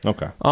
Okay